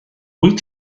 wyt